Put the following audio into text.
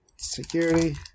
Security